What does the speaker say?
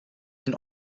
den